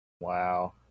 Wow